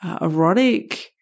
erotic